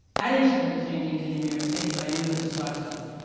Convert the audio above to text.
i didn't expect to change anything in new york city, but i knew it would start something.